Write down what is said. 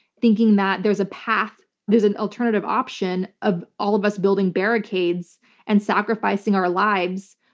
thinking that there's a path, there's an alternative option of all of us building barricades and sacrificing our lives,